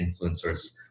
influencers